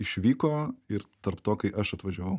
išvyko ir tarp to kai aš atvažiavau